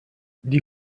die